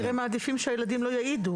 הורים כנראה מעדיפים שהילדים לא יעידו,